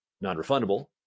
non-refundable